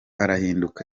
arahinduka